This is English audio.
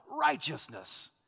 righteousness